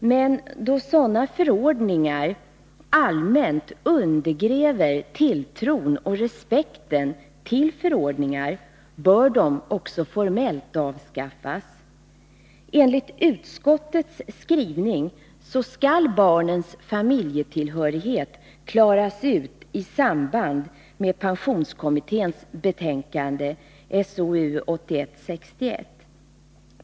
Men då sådana förordningar alldeles undergräver tilltron till och respekten för förordningar bör de också formellt avskaffas. Enligt utskottets skrivning skall barnens familjetillhörighet klaras ut i samband med pensionskommitténs betänkande SOU 1981:61.